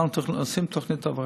אמרנו שעושים תוכנית הבראה.